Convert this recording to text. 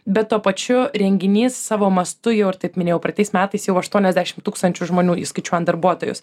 bet tuo pačiu renginys savo mastu jau ir taip minėjau praeitais metais jau aštuoniasdešim tūkstančių žmonių įskaičiuojant darbuotojus